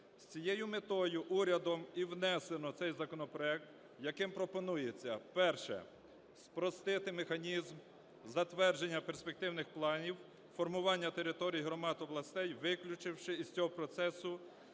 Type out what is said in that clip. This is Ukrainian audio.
З цією метою урядом і внесено цей законопроект, яким пропонується. Перше: спростити механізм затвердження перспективних планів формування територій громад областей, виключивши із цього процесу